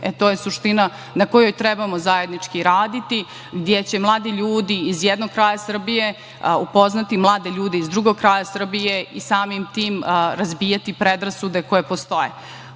je suština na kojoj trebamo zajednički raditi, gde će mladi ljudi iz jednog kraja Srbije upoznati mlade ljude iz drugog kraja Srbije i samim tim razbijati predrasude koje postoje. To